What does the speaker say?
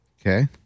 Okay